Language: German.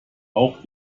auch